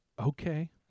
okay